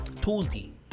Tuesday